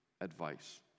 advice